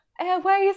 Airways